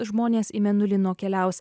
žmonės į mėnulį nukeliaus